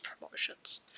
promotions